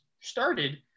started